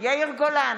יאיר גולן,